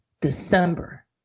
December